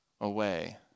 away